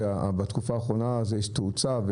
שבתקופה האחרונה יש תאוצה,